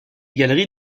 galeries